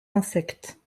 insectes